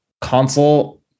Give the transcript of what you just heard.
console